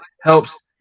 helps